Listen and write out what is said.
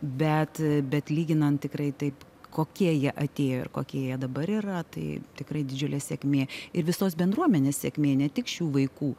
bet bet lyginant tikrai taip kokie jie atėjo ir kokie jie dabar yra tai tikrai didžiulė sėkmė ir visos bendruomenės sėkmė ne tik šių vaikų